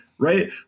Right